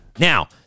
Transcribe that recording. Now